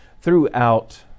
throughout